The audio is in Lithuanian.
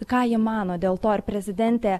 ką ji mano dėl to ar prezidentė